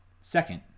Second